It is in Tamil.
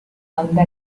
அந்த